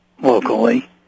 locally